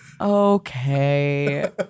Okay